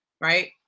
right